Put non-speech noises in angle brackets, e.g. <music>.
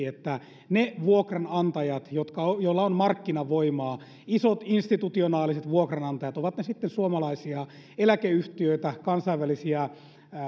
<unintelligible> että ne vuokranantajat joilla on markkinavoimaa isot institutionaaliset vuokranantajat ovat ne sitten suomalaisia eläkeyhtiöitä kansainvälisiä